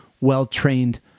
well-trained